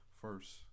first